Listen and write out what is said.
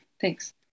Thanks